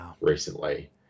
recently